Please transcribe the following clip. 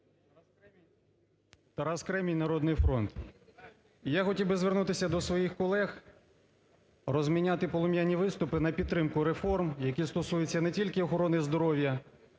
Тарас Кремінь, "Народний фронт". Я хотів би звернутися до своїх колег, розміняти полум'яні виступи на підтримку реформ, які стосуються не тільки охорони здоров'я,